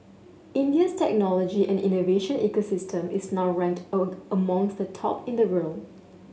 India's technology and innovation ecosystem is now ranked amongst the top in the world